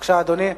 בבקשה, אדוני,